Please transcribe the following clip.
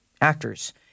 actors